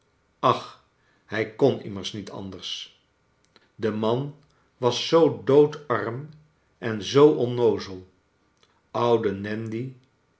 ach hij kon immers niet anders de man was zoo doodarm en zoo onnoozel oude nandy